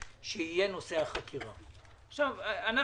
אנחנו מבקשים את הממשלה שהיא תבחן את העניין הזה,